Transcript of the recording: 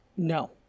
no